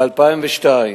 הדבר השישי,